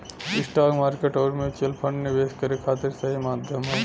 stock market आउर mutual fund निवेश करे खातिर सही माध्यम हौ